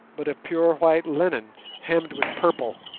but of pure white linen hemmed with purple.